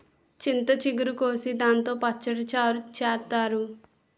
చింత చిగురు కోసి దాంతో పచ్చడి, చారు చేత్తారు